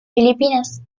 filipinas